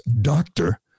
doctor